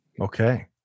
Okay